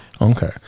Okay